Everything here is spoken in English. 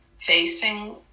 facing